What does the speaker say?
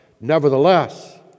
Nevertheless